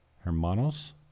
hermanos